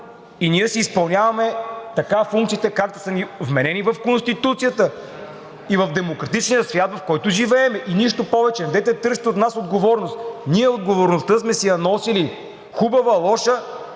и ние си изпълняваме така функциите, както са ни вменени в Конституцията и в демократичния свят, в който живеем, и нищо повече. Недейте да търсите от нас отговорност! Ние отговорността сме си я носили – хубава, лоша,